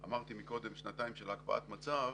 אמרתי קודם, שנתיים של הקפאת מצב,